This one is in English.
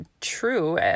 true